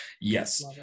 yes